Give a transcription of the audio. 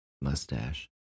mustache